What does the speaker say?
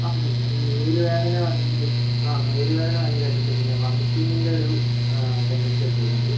ആ പിന്നെ മേൽ വേദന ഭയങ്കരമായിട്ട് ആ മേൽ വേദന ഭയങ്കരമായിട്ട് ഉണ്ട് പിന്നെ വമിറ്റിംഗിൻ്റെ ഒരു ടെൻഡൻസി ഒക്കെ വരുന്നുണ്ട്